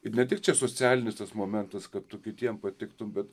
ir ne tik čia socialinis tas momentas kad tu kitiem patiktum bet